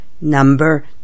Number